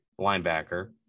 linebacker